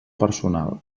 personal